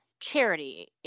Charity